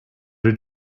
did